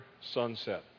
sunset